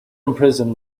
imprison